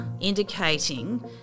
indicating